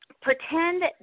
pretend